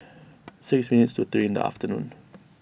six minutes to three in the afternoon